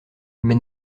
mais